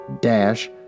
dash